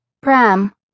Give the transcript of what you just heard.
Pram